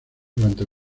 durante